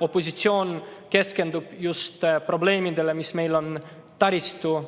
opositsioon keskendub just probleemidele, mis meil on taristu